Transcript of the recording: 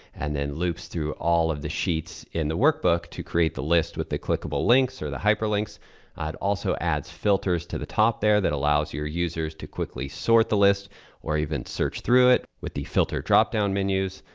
and then loops through all of the sheets in the workbook to create the list with the clickable links or the hyperlinks. it also adds filters to the top there that allows your users to quickly sort the list or even search through it with the filter dropdown menus.